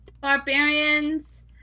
Barbarians